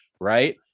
Right